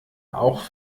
auch